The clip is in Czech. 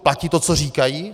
Platí to, co říkají?